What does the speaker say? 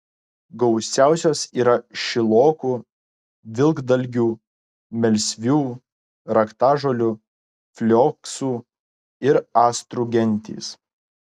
gausiausios yra šilokų vilkdalgių melsvių raktažolių flioksų ir astrų gentys